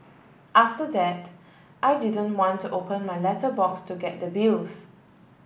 after that I didn't want to open my letterbox to get the bills